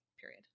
Period